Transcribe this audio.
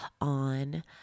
on